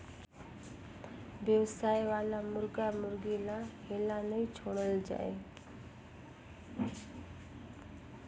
बेवसाय वाला मुरगा मुरगी ल हेल्ला नइ छोड़ल जाए